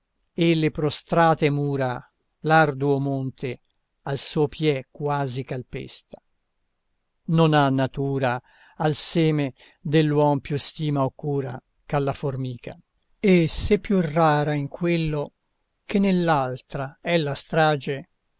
e le prostrate mura l'arduo monte al suo piè quasi calpesta non ha natura al seme dell'uom più stima o cura che alla formica e se più rara in quello che nell'altra è la strage